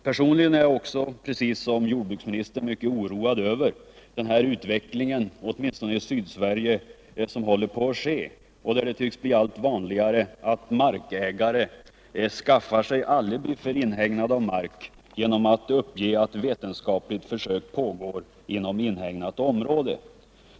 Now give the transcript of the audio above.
Personligen är jag, liksom jordbruksministern, mycket oroad över utvecklingen på detta område, åtminstone i Sydsverige, där det tycks bli allt vanligare att markägare skaffar sig alibi för inhägnad av mark genom att uppge att vetenskapligt försök pågår inom inhägnat område.